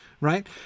right